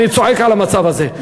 אני צועק על המצב הזה.